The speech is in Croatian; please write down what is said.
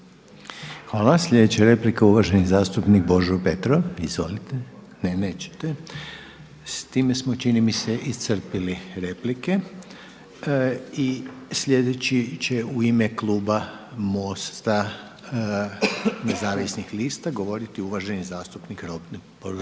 lijepa. Sljedeća replika je uvaženi zastupnik Božo Petrov. Izvolite. Ne, nećete. S time smo čini mi se iscrpili replike. I sljedeći će u ime kluba MOST-a nezavisnih lista govoriti uvaženi zastupnik Robert Podolnjak.